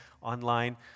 online